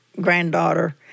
granddaughter